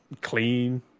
clean